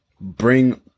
bring